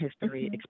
history